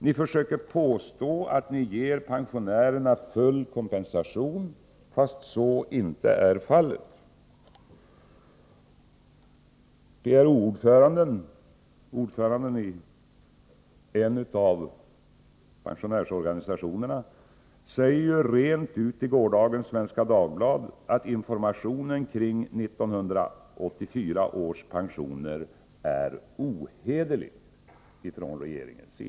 Ni påstår att ni ger pensionärerna full kompensation fastän så inte är fallet. PRO-ordföranden — ordföranden i en av pensionärsorganisationerna — säger rent ut i gårdagens nummer av Svenska Dagbladet att informationen från regeringen kring 1984 års pensioner är ohederlig.